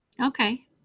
Okay